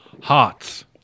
Hearts